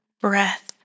breath